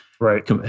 Right